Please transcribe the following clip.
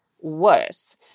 worse